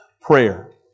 prayer